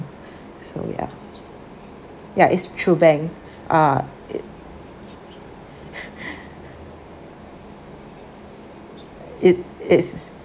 so ya ya it's through bank uh it it is